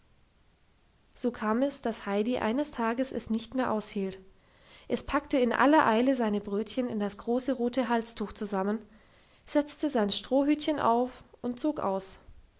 so kam es dass heidi eines tages es nicht mehr aushielt es packte in aller eile seine brötchen in das große rote halstuch zusammen setzte sein strohhütchen auf und zog aus